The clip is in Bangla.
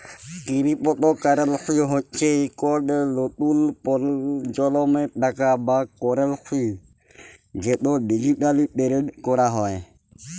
কিরিপতো কারেলসি হচ্যে ইকট লতুল পরজলমের টাকা বা কারেলসি যেট ডিজিটালি টেরেড ক্যরা হয়